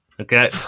Okay